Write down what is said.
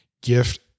gift